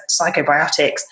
psychobiotics